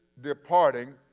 departing